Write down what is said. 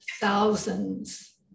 thousands